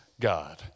God